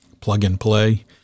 plug-and-play